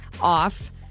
off